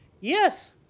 Yes